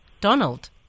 Donald